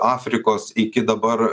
afrikos iki dabar